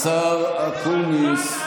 השר אקוניס.